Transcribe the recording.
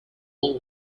all